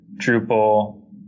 drupal